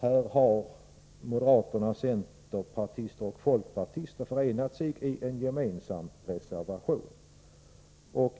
Här har moderaterna, centerpartister och folkpartister förenat sig i en gemensam reservation.